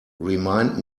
remind